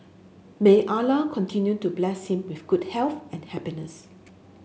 may Allah continue to bless him with good health and happiness